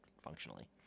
functionally